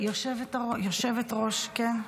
היושבת-ראש, כן.